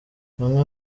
bamwe